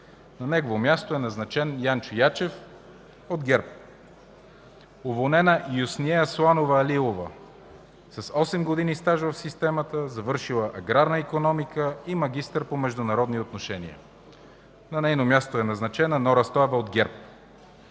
на негово място е назначен Янчо Ячев от ГЕРБ; - уволнена Юсние Асланова Алилова, с 8 години стаж в системата, завършила „Аграрна икономика” и магистър по международни отношения, на нейно място е назначена Нора Стоева от ГЕРБ;